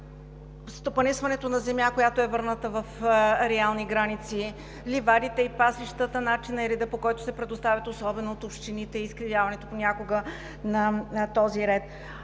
стопанисването на земя, която е върната в реални граници, ливадите и пасищата – начинът и редът, по който се предоставят, особено от общините и изкривяването понякога на този ред.